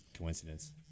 coincidence